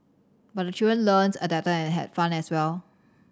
but the children learns adapted and had fun as well